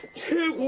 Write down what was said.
to